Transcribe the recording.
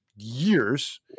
years